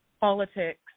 politics